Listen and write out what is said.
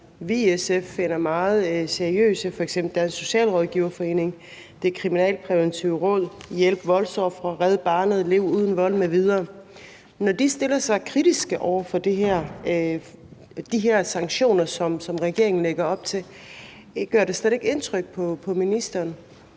vi i SF finder meget seriøse, f.eks. Dansk Socialrådgiverforening, Det Kriminalpræventive Råd, Hjælp Voldsofre, Red Barnet, Lev Uden Vold m.fl., stiller sig kritiske over for de her sanktioner, som regeringen lægger op til. Gør det slet ikke indtryk på ministeren?